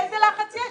איזה לחץ יש,